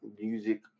music